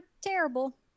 terrible